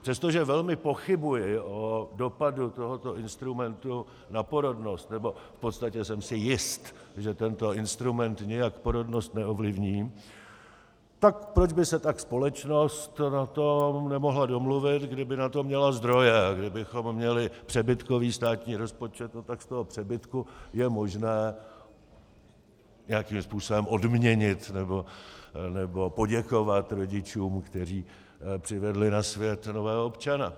Přestože velmi pochybuji o dopadu tohoto instrumentu na porodnost, nebo v podstatě jsem si jist, že tento instrument nijak porodnost neovlivní, tak proč by se tak společnost na tom nemohla domluvit, kdyby na to měla zdroje, kdybychom měli přebytkový státní rozpočet, tak z toho přebytku je možné nějakým způsobem odměnit nebo poděkovat rodičům, kteří přivedli na svět nového občana.